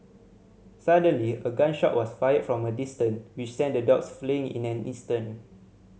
suddenly a gun shot was fired from a distant which sent the dogs fleeing in an instant